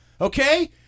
Okay